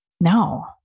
No